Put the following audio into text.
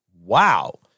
Wow